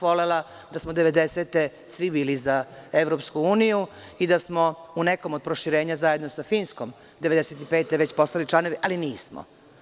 Volela bih da smo devedesete svi bili za EU i da smo u nekom od proširenja, zajedno sa Finskom 1995. godine već postali članovi, ali nismo.